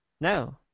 No